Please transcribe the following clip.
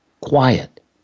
quiet